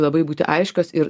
labai būti aiškios ir